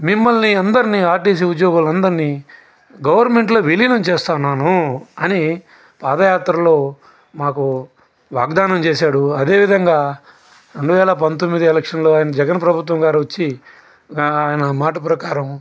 మిమ్మల్ని అందరిని ఆర్టీసీ ఉద్యోగులు అందర్నీ గవర్నమెంట్లో విలీనం చేస్తున్నాను అని పాదయాత్రలో మాకు వాగ్ధానం చేశారు అదేవిధంగా రెండువేల పంతొమ్మిది ఎలక్షన్లో ఆయన జగన్ ప్రభుత్వం వారు వచ్చి ఆయన మాట ప్రకారం